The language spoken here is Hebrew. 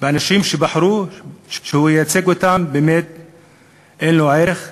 ואנשים שבחרו שהוא ייצג אותם, אין לו ערך חוקתי.